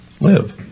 live